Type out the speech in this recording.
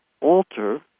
alter